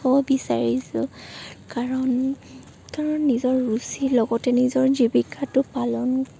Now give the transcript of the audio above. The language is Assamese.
ক'ব বিচাৰিছোঁ কাৰণ কাৰণ নিজৰ ৰুচিৰ লগতে নিজৰ জীৱিকাটো পালন